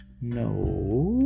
No